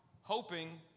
hoping